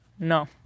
No